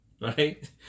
right